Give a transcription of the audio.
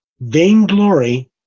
vainglory